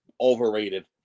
Overrated